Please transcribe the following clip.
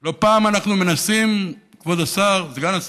לא פעם אנחנו מנסים, כבוד סגן השר,